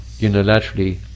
unilaterally